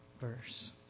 verse